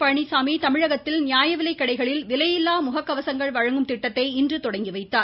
பமனிசாமி தமிழகத்தில் முதலமைச்சர் நியாயவிலைக்கடைகளில் விலையில்லா முக கவசங்கள் வழங்கும் திட்டத்தை இன்று தொடங்கி வைத்தார்